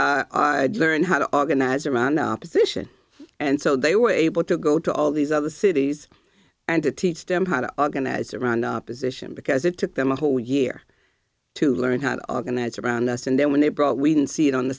police learned how to organize around the opposition and so they were able to go to all these other cities and to teach them how to organize around the opposition because it took them a whole year to learn how to organize around us and then when they brought we didn't see it on the